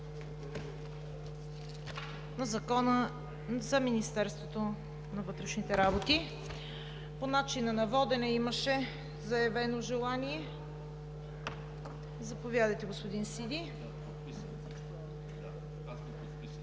на Закона за Министерството на вътрешните работи. По начина на водене имаше заявено желание. Заповядайте, господин Сиди. АЛЕКСАНДЪР